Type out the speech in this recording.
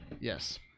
Yes